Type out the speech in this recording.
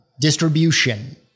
Distribution